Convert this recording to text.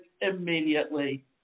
immediately